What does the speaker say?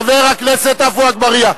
חבר הכנסת עפו אגבאריה.